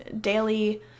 daily